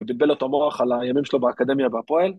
‫הוא זיבל לו את המוח על הימים שלו ‫באקדמיה והפועל.